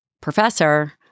professor